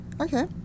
okay